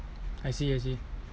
I see I see